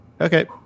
okay